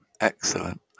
excellent